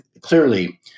clearly